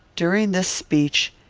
during this speech,